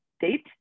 date